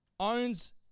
Owns